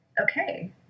okay